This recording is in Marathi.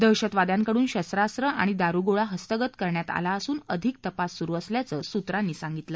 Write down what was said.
दहशतवाद्यांकडून शस्त्रास्त्र आणि दारुगोळा हस्तगत करण्यात आला असून अधिक तपास सुरु असल्याचं सूत्रांनी सांगितलं